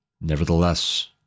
Nevertheless